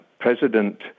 President